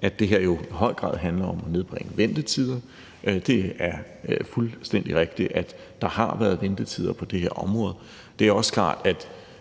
at det her i høj grad handler om at nedbringe ventetider. Det er fuldstændig rigtigt, at der har været ventetider på det her område. Det er også klart, at